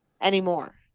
anymore